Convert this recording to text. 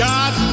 God